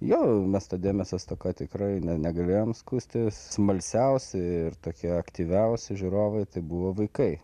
jo mes ta dėmesio stoka tikrai ne negalėjome skųstis smalsiausi ir tokie aktyviausi žiūrovai tai buvo vaikai